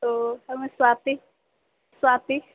ओ हमे स्वाति स्वाति